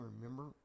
remember